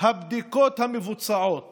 הבדיקות המבוצעות